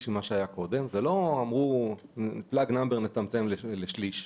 ממה שהיה קודם ולא אמרו --- נצמצם לשליש.